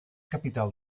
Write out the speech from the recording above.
capital